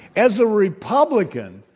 as a republican,